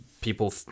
people